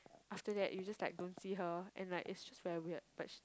after that you just like don't see her and like it's just very weird but she